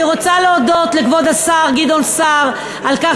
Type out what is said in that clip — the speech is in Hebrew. אני רוצה להודות לכבוד השר גדעון סער על כך